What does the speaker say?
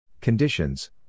Conditions